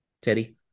Teddy